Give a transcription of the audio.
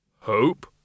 Hope